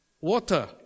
Water